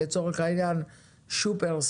לצורך העניין שופרסל,